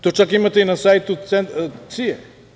To čak imate i na sajtu CIA.